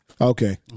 Okay